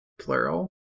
Plural